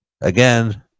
Again